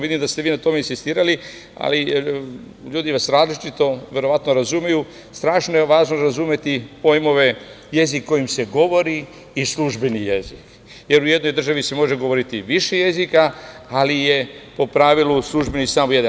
Vidim da ste vi na tome insistirali, ali ljudi vas različito, verovatno razumeju, strašno je važno razumeti pojmove „jezik kojim se govori“ i „službeni jezik“, jer u jednoj državi se može govoriti i više jezika, ali je po pravilu službeni samo jedan.